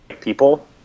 people